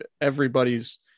everybody's